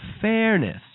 Fairness